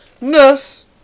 Nurse